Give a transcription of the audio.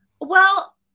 Well-